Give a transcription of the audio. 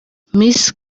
miss